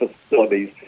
facilities